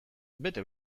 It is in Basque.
bete